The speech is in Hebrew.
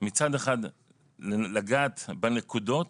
מצד אחד לגעת בנקודות,